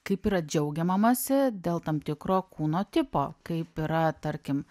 kaip yra džiaugiamamasi dėl tam tikro kūno tipo kaip yra tarkim